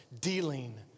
Dealing